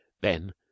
Then